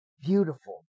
beautiful